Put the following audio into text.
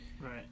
Right